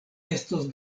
estos